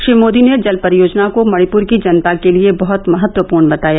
श्री मोदी ने जल परियोजना को मणिपुर की जनता के लिए बहत महत्वपूर्ण बताया